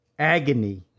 Agony